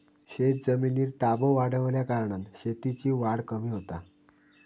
शेतजमिनीर ताबो वाढल्याकारणान शेतीची वाढ कमी होता